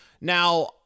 Now